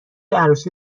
عروسی